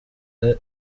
biga